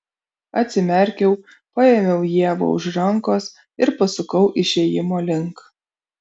atsimerkiau paėmiau ievą už rankos ir pasukau išėjimo link